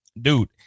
dude –